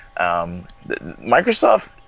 Microsoft